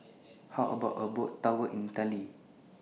How about A Boat Tour in Italy